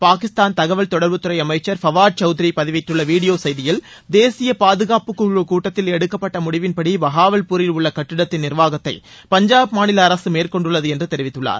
பாகிஸ்தான் தகவல் தொடர்புத்துறை அமைச்சர் ஃபவாட் சவுத்ரி பதிவிட்டுள்ள வீடியோ செய்தியில தேசிய பாதுகாப்பு குழு கூட்டத்தில் எடுக்கப்பட்ட முடிவின்படி பஹாவல்பூரில் உள்ள கட்டிடத்தின் நிர்வாகத்தை பஞ்சாப் மாநில அரசு மேற்கொண்டுள்ளதுஎன்று தெரிவித்துள்ளார்